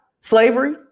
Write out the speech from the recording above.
slavery